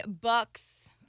Bucks